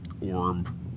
orb